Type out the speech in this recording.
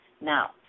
Now